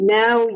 now